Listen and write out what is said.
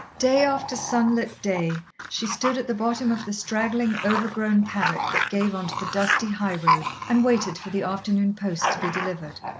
day after sunlit day, she stood at the bottom of the straggling, over-grown paddock that gave on to the dusty high-road, and waited for the afternoon post to be delivered.